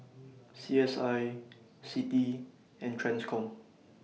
C S I CITI and TRANSCOM